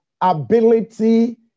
ability